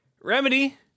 remedy